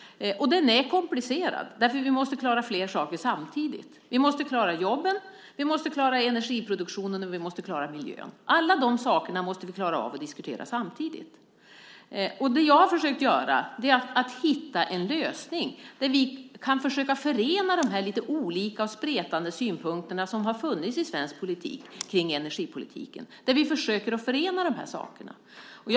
Och den är komplicerad därför att vi måste klara flera saker samtidigt. Vi måste klara jobben, vi måste klara energiproduktionen och vi måste klara miljön. Alla dessa saker måste vi klara av att diskutera samtidigt. Det som jag har försökt göra är att hitta en lösning där vi kan förena de lite olika och spretande synpunkter kring energipolitiken som har funnits i svensk politik.